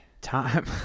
Time